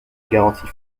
garantie